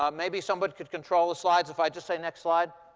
um maybe somebody could control the slides if i just say next slide?